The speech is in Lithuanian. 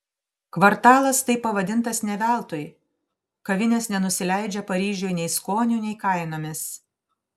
kvartalas taip pavadintas ne veltui kavinės nenusileidžia paryžiui nei skoniu nei kainomis